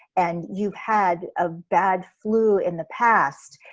and you've had a bad flu in the past,